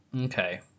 Okay